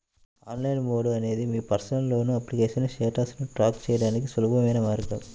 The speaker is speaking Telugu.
ఆన్లైన్ మోడ్ అనేది మీ పర్సనల్ లోన్ అప్లికేషన్ స్టేటస్ను ట్రాక్ చేయడానికి సులభమైన మార్గం